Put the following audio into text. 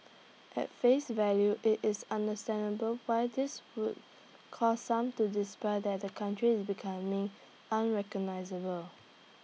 at face value IT is understandable why this would cause some to despair that the country is becoming unrecognisable